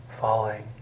falling